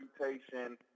reputation